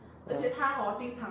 uh